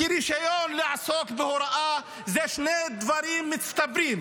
רישיון לעסוק בהוראה הוא שני דברים מצטברים: